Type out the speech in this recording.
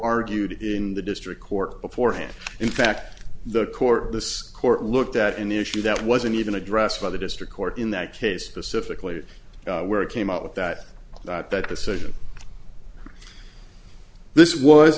argued in the district court before hand in fact the court this court looked at any issue that wasn't even addressed by the district court in that case pacifically where it came up with that that that decision this was